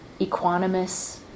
equanimous